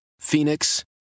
Phoenix